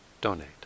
donate